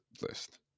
list